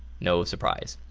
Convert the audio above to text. no surprise.